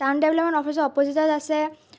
town development অফিচৰ অপ'জিটত আছে